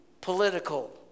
political